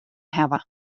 hawwe